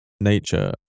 nature